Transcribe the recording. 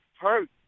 hurt